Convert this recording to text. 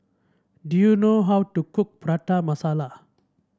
do you know how to cook Prata Masala